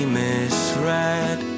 misread